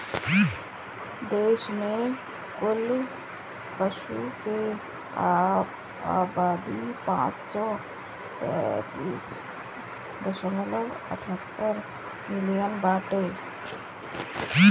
देश में कुल पशु के आबादी पाँच सौ पैंतीस दशमलव अठहत्तर मिलियन बाटे